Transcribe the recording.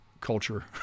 culture